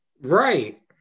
Right